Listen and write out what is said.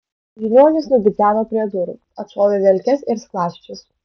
žiniuonis nubidzeno prie durų atšovė velkes ir skląsčius